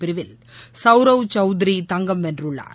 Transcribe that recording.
பிரிவில் சௌரப் சௌத்ரி தங்கம் வென்றுள்ளார்